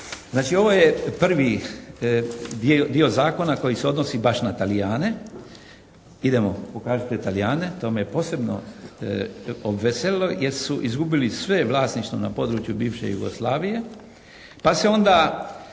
Znači, ovo je prvi dio zakona koji se odnosi baš na Talijane. Idemo, pokažite Talijane. To me je posebno veselilo jer su izgubili sve vlasništvo na području bivše Jugoslavije pa se onda